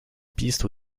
piste